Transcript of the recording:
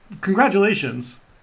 Congratulations